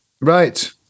Right